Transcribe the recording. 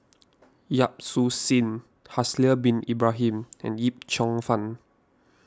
Yap Su Yin Haslir Bin Ibrahim and Yip Cheong Fun